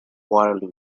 waterloo